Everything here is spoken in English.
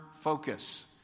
focus